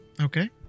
Okay